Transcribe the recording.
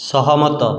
ସହମତ